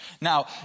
Now